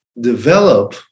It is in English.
develop